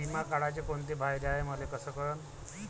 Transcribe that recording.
बिमा काढाचे कोंते फायदे हाय मले कस कळन?